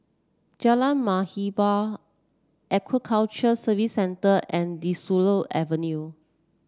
Jalan Muhibbah Aquaculture Services Center and De Souza Avenue